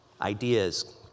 Ideas